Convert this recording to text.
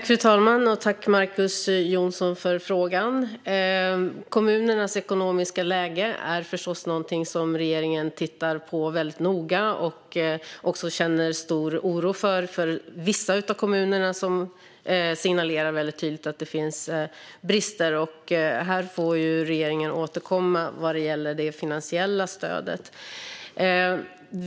Fru talman! Jag tackar Marcus Jonsson för frågan. Kommunernas ekonomiska läge är förstås någonting som regeringen tittar på väldigt noga. Vi känner stor oro för vissa av kommunerna, som tydligt signalerar att det finns brister. Här får regeringen återkomma vad gäller det finansiella stödet.